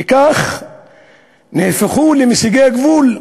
וכך נהפכו למסיגי גבול.